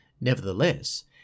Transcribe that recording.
Nevertheless